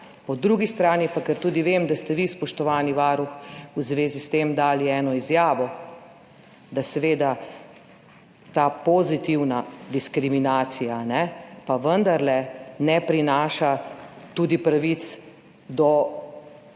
Po drugi strani pa, ker tudi vem, da ste vi, spoštovani varuh, v zvezi s tem dali eno izjavo, da seveda ta pozitivna diskriminacija pa vendarle ne prinaša tudi pravic, da